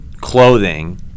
clothing